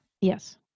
Yes